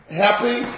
happy